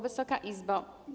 Wysoka Izbo!